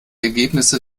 ergebnisse